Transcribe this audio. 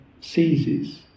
seizes